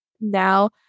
now